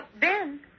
Ben